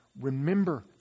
Remember